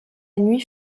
nuit